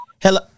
hello